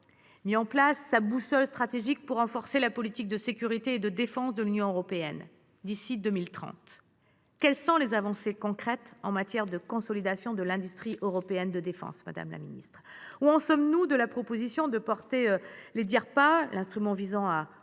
mis en place sa « boussole stratégique » pour renforcer la politique de sécurité et de défense de l’Union européenne d’ici à 2030. Quelles sont les avancées concrètes en matière de consolidation de l’industrie européenne de défense ? Où en sommes nous de la proposition de porter (Edirpa), l’instrument visant à